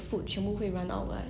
cannot think so right